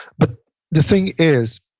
but the thing is,